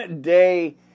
day